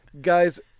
Guys